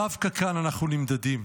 דווקא כאן אנחנו נמדדים.